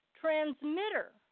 transmitter